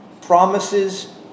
Promises